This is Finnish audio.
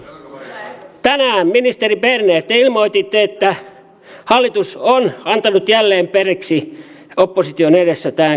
tänään ministeri berner te ilmoititte että hallitus on antanut jälleen periksi opposition edessä tämän välikysymyksen alla